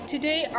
Today